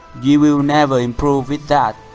you will never improve with that.